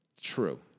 True